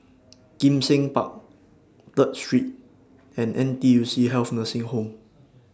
Kim Seng Park Third Street and N T U C Health Nursing Home